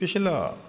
ਪਿਛਲਾ